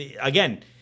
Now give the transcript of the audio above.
again